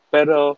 Pero